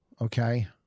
okay